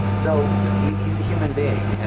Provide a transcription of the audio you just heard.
so he's he's a human being.